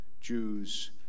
Jews